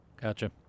Gotcha